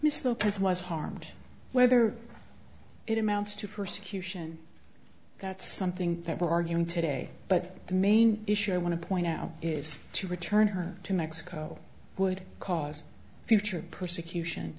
the press was harmed whether it amounts to persecution that's something that we're arguing today but the main issue i want to point out is to return her to mexico would cause future persecution